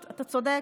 אתה צודק,